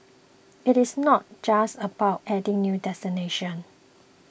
it is not just about adding new destinations